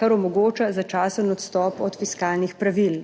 kar omogoča začasen odstop od fiskalnih pravil.